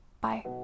bye